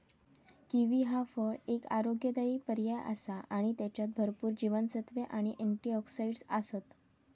kiwi ह्या फळ एक आरोग्यदायी पर्याय आसा आणि त्येच्यात भरपूर जीवनसत्त्वे आणि अँटिऑक्सिडंट आसत